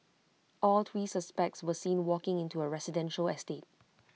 all three suspects were seen walking into A residential estate